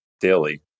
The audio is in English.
daily